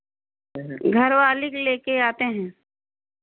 घरवाली को ले कर आते हैं